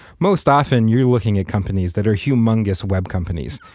most often you're looking at companies that are humongous web companies.